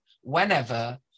whenever